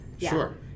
Sure